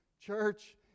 Church